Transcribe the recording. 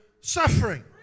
suffering